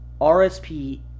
RSP